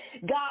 God